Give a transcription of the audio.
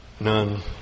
None